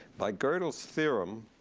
by godel's theorem,